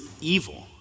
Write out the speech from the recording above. evil